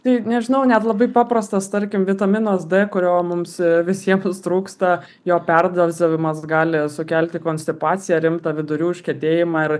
tai nežinau net labai paprastas tarkim vitaminas d kurio mums visiems trūksta jo perdozavimas gali sukelti konstipaciją rimtą vidurių užkietėjimą ir